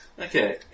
Okay